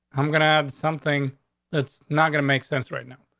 i'm gonna have something that's not gonna make sense right now.